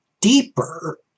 deeper